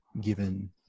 given